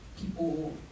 people